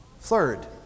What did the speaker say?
Third